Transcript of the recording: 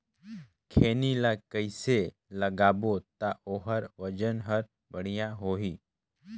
खैनी ला कइसे लगाबो ता ओहार वजन हर बेडिया होही?